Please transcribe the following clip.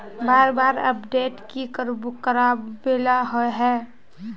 बार बार अपडेट की कराबेला होय है?